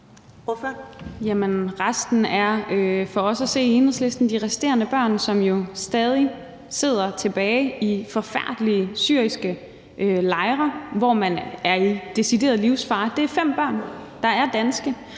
resten er for os i Enhedslisten at se de resterende børn, som jo stadig sidder tilbage i forfærdelige syriske lejre, hvor man er i decideret livsfare. Det er fem børn, der er danske.